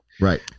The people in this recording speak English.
Right